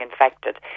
infected